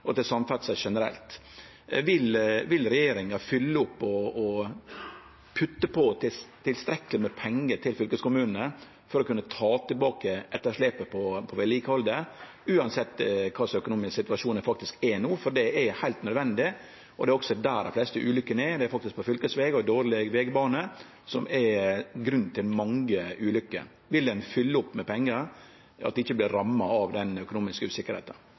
Vil regjeringa fylle opp og putte på tilstrekkeleg med pengar til fylkeskommunane for å kunne ta tilbake etterslepet på vedlikehaldet uansett kva slags økonomisk situasjon ein er i no? Det er heilt nødvendig, og dei fleste ulykkene skjer faktisk på fylkesveg og dårleg vegbane, som er grunn til mange ulykker. Vil ein fylle opp med pengar og sjå til at ein ikkje vert ramma av den økonomiske usikkerheita?